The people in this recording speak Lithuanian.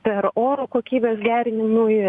per oro kokybės gerinimui